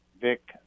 Vic